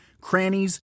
crannies